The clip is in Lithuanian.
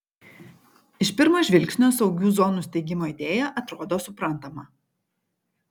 iš pirmo žvilgsnio saugių zonų steigimo idėja atrodo suprantama